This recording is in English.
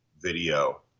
video